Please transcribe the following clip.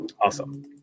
Awesome